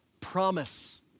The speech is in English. promise